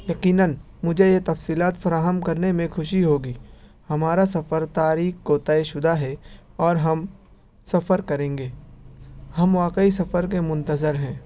یقیناً مجھے یہ تفصیلات فراہم کرنے میں خوشی ہوگی ہمارا سفر تاریخ کو طے شدہ ہے اور ہم سفر کریں گے ہم واقعی سفر کے منتظر ہیں